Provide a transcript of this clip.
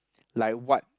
like what